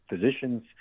physicians